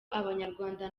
abanyarwanda